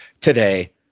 today